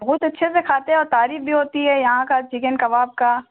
بہت اچھے سے کھاتے ہیں اور تعریف بھی ہوتی ہے یہاں کا چکن کباب کا